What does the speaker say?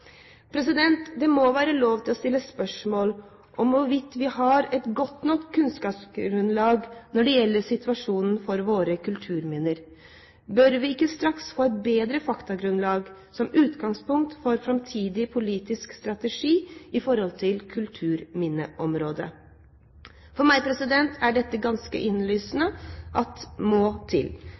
Det må være lov til å stille spørsmål om hvorvidt vi har et godt nok kunnskapsgrunnlag når det gjelder situasjonen for våre kulturminner. Bør vi ikke straks få et bedre faktagrunnlag som utgangspunkt for framtidig politisk strategi på kulturminneområdet? For meg er det ganske innlysende at det må til.